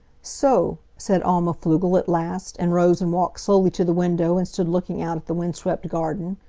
so, said alma pflugel at last, and rose and walked slowly to the window and stood looking out at the wind-swept garden.